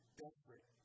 desperate